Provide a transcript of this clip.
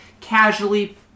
casually